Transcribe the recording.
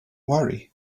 worry